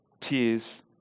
tears